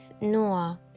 Noah